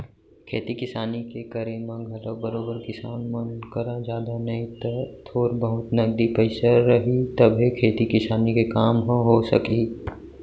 खेती किसानी के करे म घलौ बरोबर किसान मन करा जादा नई त थोर बहुत नगदी पइसा रही तभे खेती किसानी के काम ह हो सकही